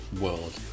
world